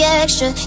extra